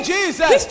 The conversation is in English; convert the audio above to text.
Jesus